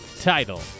title